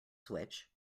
switch